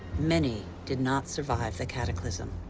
many did not survive the cataclysm.